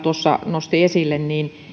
nosti esille